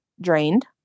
drained